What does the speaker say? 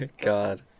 God